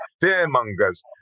fear-mongers